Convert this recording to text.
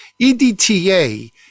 EDTA